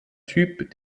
typ